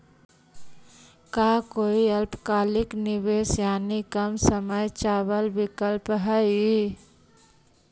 का कोई अल्पकालिक निवेश यानी कम समय चावल विकल्प हई?